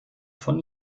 von